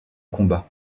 combat